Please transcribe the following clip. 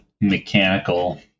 mechanical